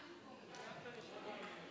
עבודה בשעת חירום (הוראת שעה, נגיף הקורונה החדש),